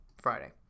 Friday